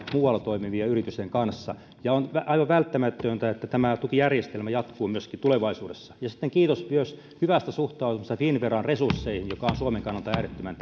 muualla toimivien yritysten kanssa on aivan välttämätöntä että tämä tukijärjestelmä jatkuu myöskin tulevaisuudessa sitten kiitos myös hyvästä suhtautumisesta finnveran resursseihin mikä on suomen kannalta äärettömän